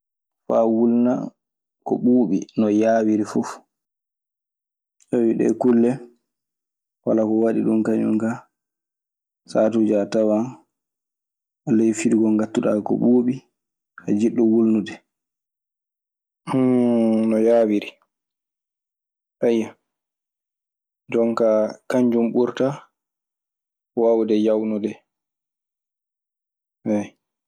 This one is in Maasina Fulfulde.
Faa wulna ku ɓuuɓi no yaawiri fuu. Sabi ɗee kulle walaa ko waɗi ɗun kañun kaa. Sabi saatuuje a tawan ley firigoo ngattuɗaa ko ɓuuɓi, a jiɗɗo wulnude. No yaawiri, ayyo. Jonkaa kanjun ɓurta waawde yawnude.